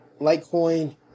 Litecoin